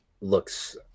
looks